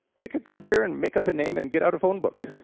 pick a culture, and make up a name, and get out a phone book.